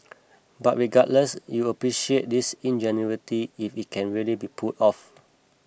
but regardless you'd appreciate its ingenuity if it can really be pulled off